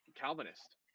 Calvinist